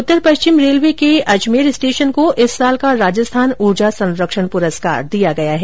उत्तर पश्चिम रेलवे के अजमेर स्टेशन को इस साल का राजस्थान ऊर्जा संरक्षण पुरस्कार दिया गया है